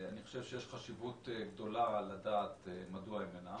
אני חושב שיש חשיבות גדולה לדעת מדוע הם אינם.